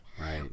Right